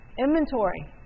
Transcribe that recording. Inventory